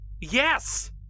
Yes